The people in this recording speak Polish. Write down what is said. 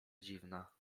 dziwna